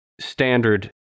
standard